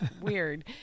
weird